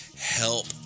help